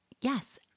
yes